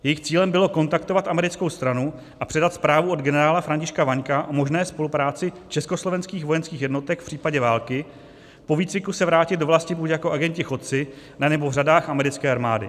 Jejich cílem bylo kontaktovat americkou stranu a předat zprávu od generála Františka Vaňka o možné spolupráci československých vojenských jednotek v případě války, po výcviku se vrátit do vlasti buď jako agenti chodci, anebo v řadách americké armády.